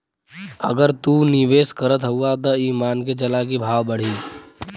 अगर तू निवेस करत हउआ त ई मान के चला की भाव बढ़ी